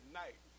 night